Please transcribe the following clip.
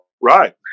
Right